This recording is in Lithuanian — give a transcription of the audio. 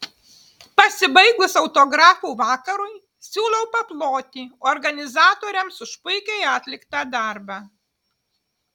pasibaigus autografų vakarui siūlau paploti organizatoriams už puikiai atliktą darbą